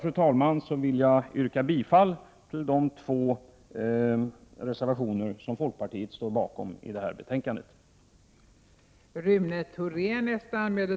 Med det anförda vill jag yrka bifall till de två reservationer som är fogade till detta betänkande och som folkpartiet står bakom.